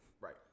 Right